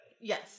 Yes